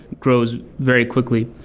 grows very quickly.